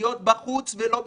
להיות בחוץ ולא בפנים.